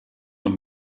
und